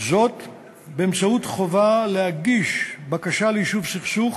באמצעות חובה להגיש "בקשה ליישוב סכסוך"